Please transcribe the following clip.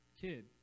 kid